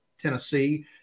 tennessee